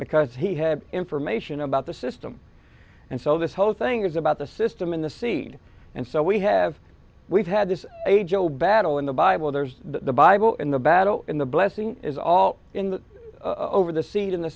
because he had information about the system and so this whole thing is about the system in the seed and so we have we've had this a job battle in the bible there's the bible in the battle in the blessing is all in the over the seed in the